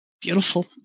Beautiful